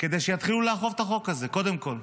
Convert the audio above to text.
כדי שיתחילו לאכוף את החוק הזה קודם כול.